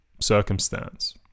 circumstance